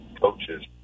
coaches